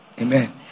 Amen